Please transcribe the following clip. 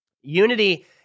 unity